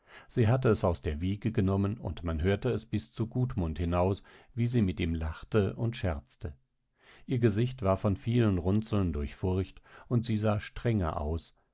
sie hatte es aus der wiege genommen und man hörte es bis zu gudmund hinaus wie sie mit ihm lachte und scherzte ihr gesicht war von vielen runzeln durchfurcht und sie sah strenge aus